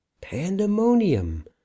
Pandemonium